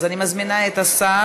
אז אני מזמינה את השר.